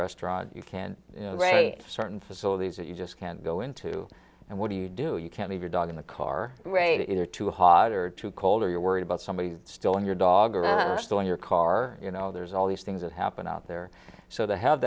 restaurant you can read certain facilities that you just can't go into and what do you do you can leave your dog in the car wait it are too hot or too cold or you're worried about somebody still in your dog or still in your car you know there's all these things that happen out there so they have